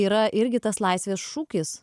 yra irgi tas laisvės šūkis